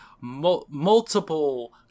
multiple